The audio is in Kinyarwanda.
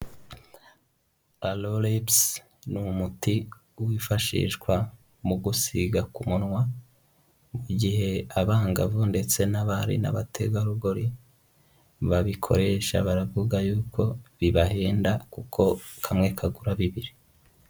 Aloe Lips ni umuti wifashishwa mu gusiga ku munwa, mu gihe abangavu ndetse n'abari n'abategarugori babikoresha, baravuga yuko bibahenda kuko kamwe kagura bibiri.